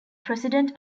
president